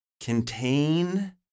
contain